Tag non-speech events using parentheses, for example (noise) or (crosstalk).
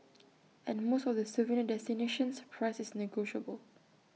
(noise) at most of the souvenir destinations price is negotiable